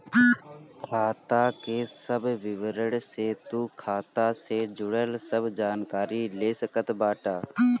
खाता के सब विवरण से तू खाता से जुड़ल सब जानकारी ले सकत बाटअ